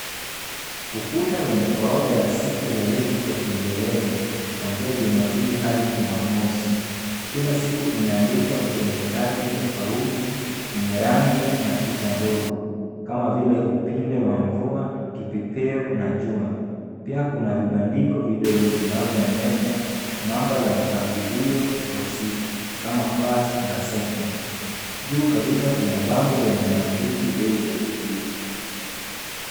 Ukuta wenye orodha ya siku za wiki kwa kiingereza, kuanzia Jumapili hadi Jumamosi. Kila siku imeandikwa kwenye kadi tofauti yenye rangi na picha ndogo, kama vile upinde wa mvua, kipepeo, na jua. Pia kuna vibandiko vidogo vinavyoonyesha, namba za mpangilio wa siku kama vile first na second , pia kuna bango lenye maandishi Days of the week .